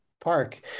Park